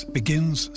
begins